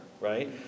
Right